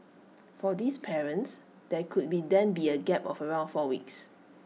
for these parents there could then be A gap of around four weeks